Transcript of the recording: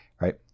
Right